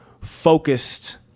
focused